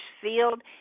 field